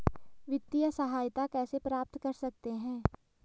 वित्तिय सहायता कैसे प्राप्त कर सकते हैं?